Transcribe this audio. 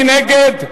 מי נגד?